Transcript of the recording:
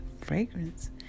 Fragrance